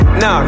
Nah